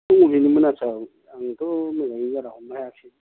नों बबेनिमोन आच्चा आंथ' मोजाङै बारा हमनो हायासै